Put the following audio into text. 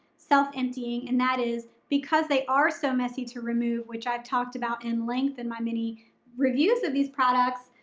self emptying and that is because they are so messy to remove, which i've talked about in length in my mini reviews of these products,